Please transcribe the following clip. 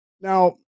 Now